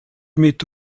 mit